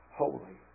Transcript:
holy